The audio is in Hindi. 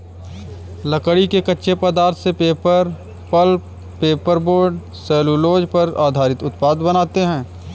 लकड़ी के कच्चे पदार्थ से paper, pulp, paper board, cellulose पर आधारित उत्पाद बनाते हैं